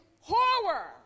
horror